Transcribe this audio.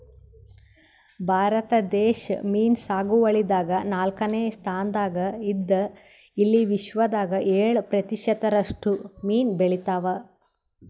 ಭಾರತ ದೇಶ್ ಮೀನ್ ಸಾಗುವಳಿದಾಗ್ ನಾಲ್ಕನೇ ಸ್ತಾನ್ದಾಗ್ ಇದ್ದ್ ಇಲ್ಲಿ ವಿಶ್ವದಾಗ್ ಏಳ್ ಪ್ರತಿಷತ್ ರಷ್ಟು ಮೀನ್ ಬೆಳಿತಾವ್